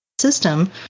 system